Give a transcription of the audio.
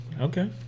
Okay